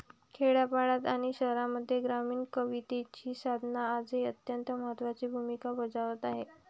खेड्यापाड्यांत आणि शहरांमध्ये ग्रामीण कवितेची साधना आजही अत्यंत महत्त्वाची भूमिका बजावत आहे